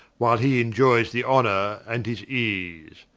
while he enioyes the honor, and his ease.